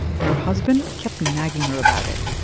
but her husband kept nagging her about it,